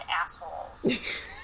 assholes